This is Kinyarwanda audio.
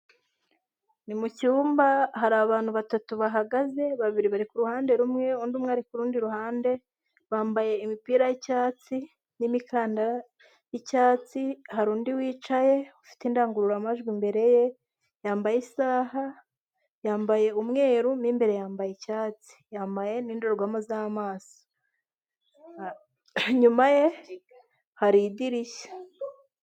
Ni mu cyumba hari abantu batatu bahagaze, babiri bari ku ruhande rumwe, undi umwe ari kurundi ruhande, bambaye imipira y'icyatsi n'imikandara y'icyatsi, hari undi wicaye ufite indangururamajwi imbere ye, yambaye isaha, yambaye umweru mo imbere yambaye icyatsi , yambaye n'indorerwamo z'amaso, inyuma ye hari idirishya.